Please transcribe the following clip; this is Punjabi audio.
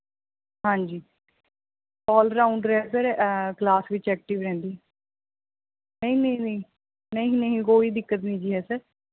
ਹਾਂਜੀ ਔਲ ਰਾਊਂਡਰ ਹੈ ਸਰ ਕਲਾਸ ਵਿੱਚ ਐਕਟਿਵ ਰਹਿੰਦੀ ਨਹੀਂ ਨਹੀਂ ਨਹੀਂ ਨਹੀਂ ਨਹੀਂ ਕੋਈ ਦਿੱਕਤ ਨਹੀਂ ਜੀ ਹੈ ਸਰ